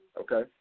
Okay